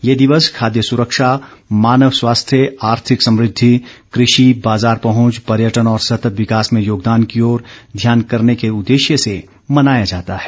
ये दिवस खाद्य सुरक्षा मानव स्वास्थ्य आर्थिक समृद्धि कृषि बाज़ार पहुंच पर्यटन और सतत विकास में योगदान की ओर ध्यान ँकरने के उद्देश्य से मनाया जाता है